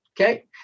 Okay